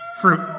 Fruit